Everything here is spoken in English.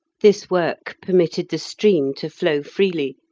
this work permitted the stream to flow freely,